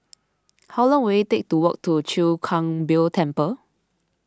how long will it take to walk to Chwee Kang Beo Temple